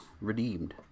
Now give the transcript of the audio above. Redeemed